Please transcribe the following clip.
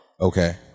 Okay